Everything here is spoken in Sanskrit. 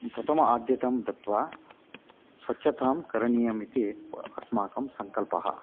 प्रथमम् अद्यतनं दत्वा स्वच्छतां करणीयम् इति अस्माकं सङ्कल्पः